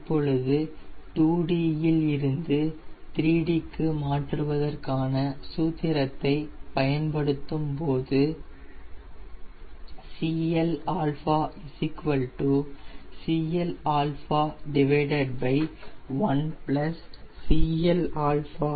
இப்பொழுது 2d இல் இருந்து 3d க்கு மாற்றுவதற்கான சூத்திரத்தை பயன்படுத்தும் போது Cl Cl1 ClπARe 6